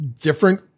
different